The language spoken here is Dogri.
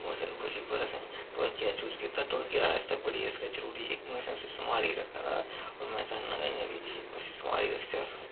उस खुशी पर असें ढोलकी दा यूज कीता ढोलकी स्हाड़ै आस्तै बड़ी इस करी जरूरी ऐ क्योंकि असें उसी सम्हालियै रक्खे दा हा और में चाहना कि इ'यां बी उसी सम्हालियै रक्ख चे अस